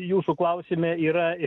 jūsų klausime yra